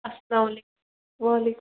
اَلسلامُ علیکُم وعلیکُم